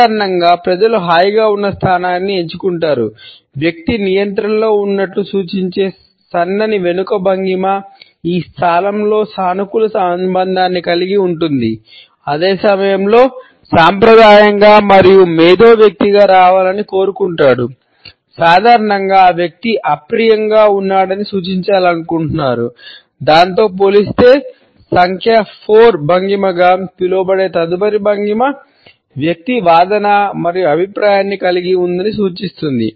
సాధారణంగా ప్రజలు హాయిగా ఉన్న స్థానాన్ని ఎంచుకుంటారు వ్యక్తి నియంత్రణలో ఉన్నట్లు సూచించే సన్నని వెనుక భంగిమ పిలువబడే తదుపరి భంగిమ వ్యక్తి వాదన మరియు అభిప్రాయాన్ని కలిగి ఉందని సూచిస్తుంది